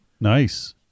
Nice